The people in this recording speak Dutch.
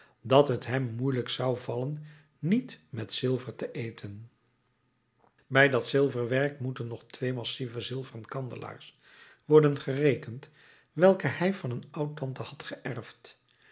dat het hem moeielijk zou vallen niet met zilver te eten bij dat zilverwerk moeten nog twee massief zilveren kandelaars worden gerekend welke hij van een oud-tante had